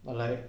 but like